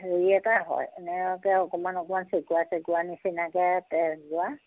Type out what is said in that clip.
হেৰি এটা হয় এনেকৈ অকণমান অকণমান চেকুৰা চেকুৰা নিচিনাকৈ তেজ যোৱা